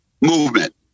movement